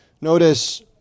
Notice